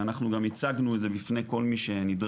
ואנחנו גם הצגנו את זה בפני כל מי שנדרש.